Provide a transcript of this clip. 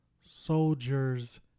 soldiers